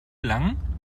lang